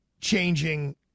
changing